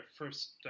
first